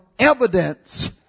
evidence